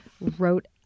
wrote